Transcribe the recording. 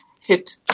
hit